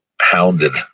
hounded